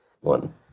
one